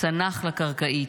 צנח לקרקעית.